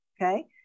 okay